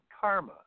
karma